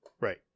Right